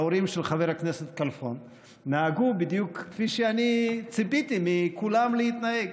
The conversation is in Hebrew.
ההורים של חבר הכנסת כלפון נהגו בדיוק כפי שאני ציפיתי מכולם להתנהג,